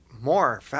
more